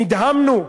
נדהמנו.